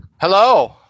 hello